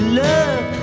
love